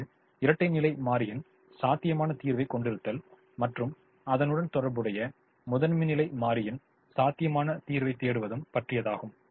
அல்லது இரட்டை நிலை மாறியின் சாத்தியமான தீர்வைக் கொண்டிருத்தல் மற்றும் அதனுடன் தொடர்புடைய முதன்மை நிலை மாறியின் சாத்தியமான தீர்வைத் தேடுவது பற்றியதாகும்